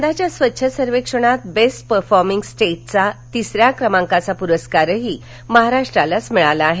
यंदाच्या स्वच्छ सर्वेक्षणात बेस्ट परफॉर्मिंग स्टेट चा तिसऱ्या क्रमांकाचा पुरस्कारही महाराष्ट्राला मिळाला आहे